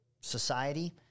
society